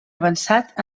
avançat